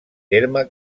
terme